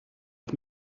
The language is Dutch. het